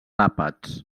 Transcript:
àpats